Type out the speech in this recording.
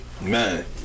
Man